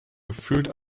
gefühlt